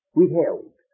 withheld